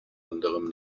anderem